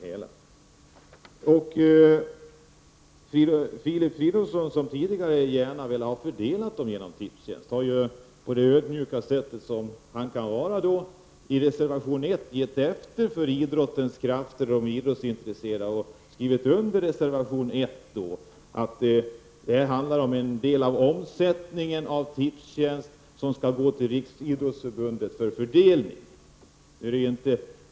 Filip Fridolfsson som tidigare gärna ville att pengarna skulle fördelas genom Tipstjänst har nu på sitt ödmjuka sätt skrivit under reservation 1 och gett efter för idrottens krafter och de idrottsintresserade. I reservationen sägs att en del av omsättningen av Tipstjänsts verksamhet skall gå till Riksidrottsförbundet för fördelning.